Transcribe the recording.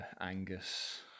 Angus